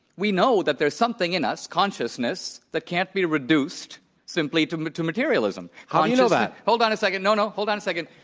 we know that there's something in us, consciousness, that can't be reduced simply to um to materialism. how do and you know that? hold on a second. no, no. hold on a second.